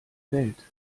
welt